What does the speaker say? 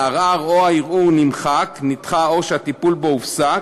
והערר או הערעור נמחק, נדחה או שהטיפול בו הופסק,